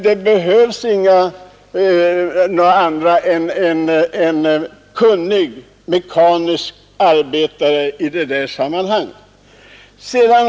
Det behövs bara en mekaniskt kunnig arbetare som gör proven.